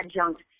adjunct